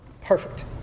perfect